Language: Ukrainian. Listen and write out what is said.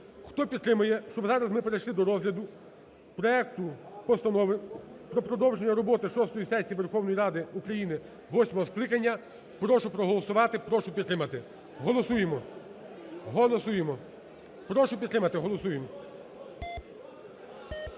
Хто підтримує, щоб зараз ми перейшли до розгляду проекту Постанови про продовження роботи шостої сесії Верховної Ради України восьмого скликання, прошу проголосувати. прошу підтримати. Голосуємо, голосуємо, прошу підтримати, голосуємо.